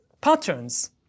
patterns